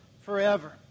forever